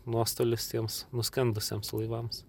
nuostolis tiems nuskendusiems laivams